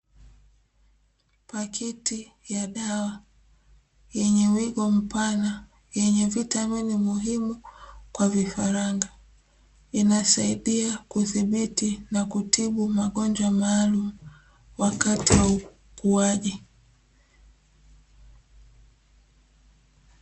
Pakiti ya dawa yenye wigo mpana yenye vitamini muhimu kwa vifaranga, inasaidia kudhibiti na kutibu magonjwa maalumu wakati wa ukuaji.